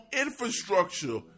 infrastructure